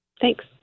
thanks